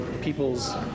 people's